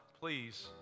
please